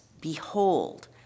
Behold